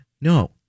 No